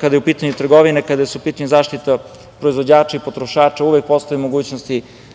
kada je u pitanju trgovina i kada je u pitanju zaštita potrošača i proizvođača, uvek postoji mogućnosti